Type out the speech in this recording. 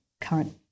current